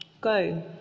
Go